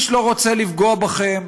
איש לא רוצה לפגוע בכם,